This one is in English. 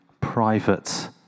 private